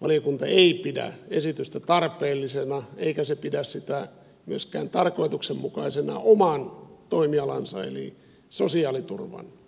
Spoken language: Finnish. valiokunta ei pidä esitystä tarpeellisena eikä se pidä sitä myöskään tarkoituksenmukaisena oman toimialansa eli sosiaaliturvan kannalta